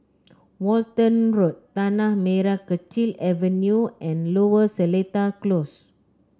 Walton Road Tanah Merah Kechil Avenue and Lower Seletar Close